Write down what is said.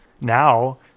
now